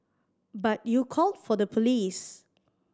but you called for the police